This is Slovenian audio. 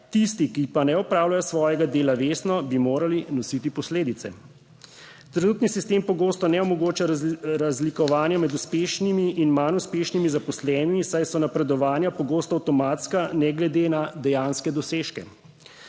11.40 (nadaljevanje) svojega dela vestno, bi morali nositi posledice. Trenutni sistem pogosto ne omogoča razlikovanja med uspešnimi in manj uspešnimi zaposlenimi, saj so napredovanja pogosto avtomatska, ne glede na dejanske dosežke.